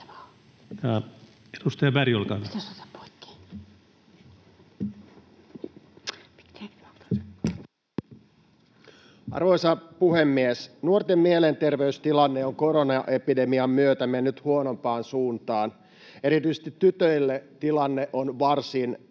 Arvoisa puhemies! Nuorten mielenterveystilanne on koronaepidemian myötä mennyt huonompaan suuntaan. Erityisesti tytöillä tilanne on varsin